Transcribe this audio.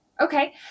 Okay